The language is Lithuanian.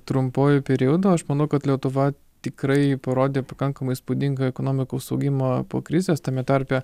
trumpuoju periodu aš manau kad lietuva tikrai parodė pakankamai įspūdingą ekonomikos augimą po krizės tame tarpe